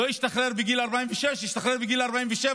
לא ישתחרר בגיל 46 מהמילואים, ישתחרר בגיל 47,